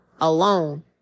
alone